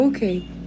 Okay